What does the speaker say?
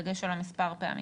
בדגש על מספר פעמים,